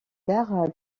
d’art